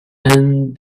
and